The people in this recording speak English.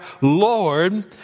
Lord